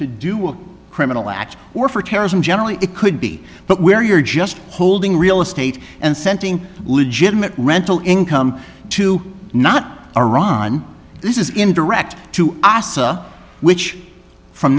a criminal act or for terrorism generally it could be but where you're just holding real estate and sending legitimate rental income to not iran this is in direct to asa which from